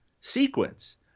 sequence